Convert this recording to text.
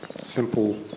simple